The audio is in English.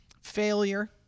failure